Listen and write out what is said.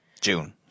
June